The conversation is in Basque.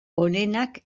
honenak